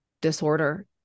disorder